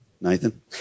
Nathan